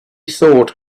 thought